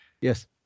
Yes